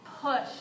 Push